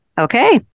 Okay